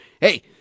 hey